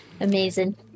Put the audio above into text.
Amazing